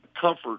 comfort